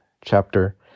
chapter